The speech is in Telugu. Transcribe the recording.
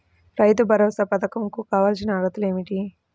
రైతు భరోసా పధకం కు కావాల్సిన అర్హతలు ఏమిటి?